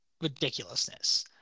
ridiculousness